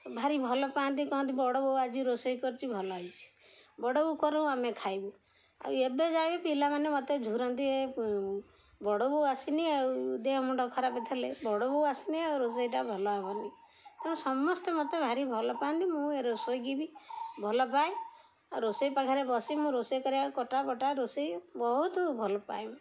ଭାରି ଭଲ ପାଆନ୍ତି କହନ୍ତି ବଡ଼ବୋଉ ଆଜି ରୋଷେଇ କରିଛି ଭଲ ହେଇଛିି ବଡ଼ବୋଉ କରୁ ଆମେ ଖାଇବୁ ଆଉ ଏବେ ଯାଏ ବି ପିଲାମାନେ ମତେ ଝୁୁରନ୍ତି ବଡ଼ବୋଉ ଆସିନି ଆଉ ଦେହ ମୁଣ୍ଡ ଖରାପ ଥିଲେ ବଡ଼ବୋଉ ଆସିନି ଆଉ ରୋଷେଇଟା ଭଲ ହବନି ତେଣୁ ସମସ୍ତେ ମତେ ଭାରି ଭଲ ପାଆନ୍ତି ମୁଁ ଏ ରୋଷେଇକି ବି ଭଲ ପାଏ ଆଉ ରୋଷେଇ ପାଖରେ ବସି ମୁଁ ରୋଷେଇ କରିବାକୁ କଟା ବଟା ରୋଷେଇ ବହୁତ ଭଲ ପାଏ ମୁଁ